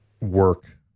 work